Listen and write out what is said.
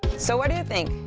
so what do you think?